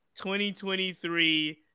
2023